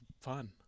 fun